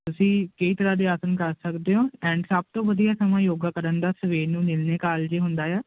ਤੁਸੀਂ ਕਈ ਤਰ੍ਹਾਂ ਦੇ ਆਸਨ ਕਰ ਸਕਦੇ ਹੋ ਐਂਡ ਸਭ ਤੋਂ ਵਧੀਆ ਸਮਾਂ ਯੋਗਾ ਕਰਨ ਦਾ ਸਵੇਰ ਨੂੰ ਨਿਰਣੇ ਕਾਲਜੇ ਹੁੰਦਾ ਆ